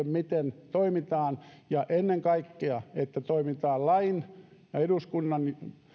miten toimitaan ja ennen kaikkea että toimitaan lain ja eduskunnan